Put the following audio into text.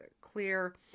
clear